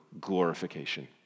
Glorification